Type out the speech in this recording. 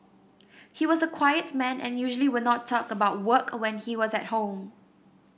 he was a quiet man and usually would not talk about work when he was at home